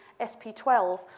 SP12